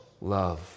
love